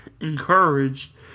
encouraged